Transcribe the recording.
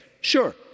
sure